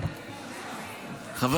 חבר